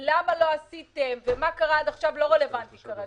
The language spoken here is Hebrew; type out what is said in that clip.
למה לא עשיתם ומה קרה עד עכשיו זה לא רלוונטי כרגע.